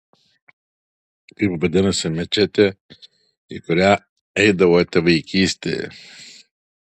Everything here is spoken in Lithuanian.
kaip vadinasi mečetė į kurią eidavote vaikystėje